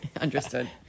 understood